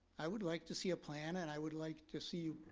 i would like to see a plan and i would like to see,